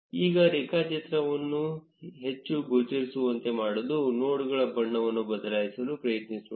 ಈಗ ರೇಖಾಚಿತ್ರವನ್ನು ಹೆಚ್ಚು ಗೋಚರಿಸುವಂತೆ ಮಾಡಲು ನೋಡ್ಗಳ ಬಣ್ಣವನ್ನು ಬದಲಾಯಿಸಲು ಪ್ರಯತ್ನಿಸೋಣ